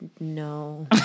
No